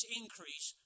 increase